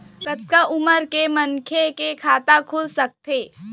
कतका उमर के मनखे के खाता खुल सकथे?